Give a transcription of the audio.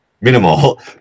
minimal